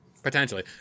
Potentially